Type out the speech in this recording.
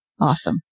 Awesome